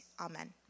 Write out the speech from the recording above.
Amen